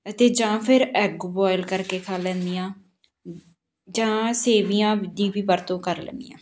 ਅਤੇ ਜਾਂ ਫਿਰ ਐੱਗ ਬੋਇਲ ਕਰਕੇ ਖਾ ਲੈਂਦੀ ਹਾਂ ਜਾਂ ਸੇਵੀਆਂ ਦੀ ਵੀ ਵਰਤੋਂ ਕਰ ਲੈਂਦੀ ਹਾਂ